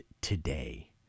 today